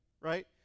right